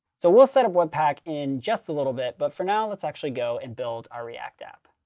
so we'll set webpack in just a little bit. but for now, let's actually go and build our react app.